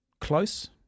Close